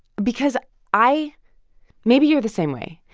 because i maybe you're the same way.